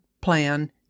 plan